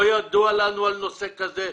לא ידוע לנו על נושא כזה,